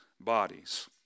bodies